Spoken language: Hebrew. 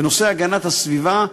ונושא הגנת הסביבה,